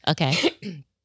Okay